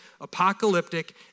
apocalyptic